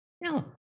No